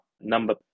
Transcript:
number